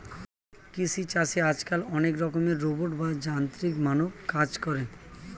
কৃষি চাষে আজকাল অনেক রকমের রোবট বা যান্ত্রিক মানব কাজ করে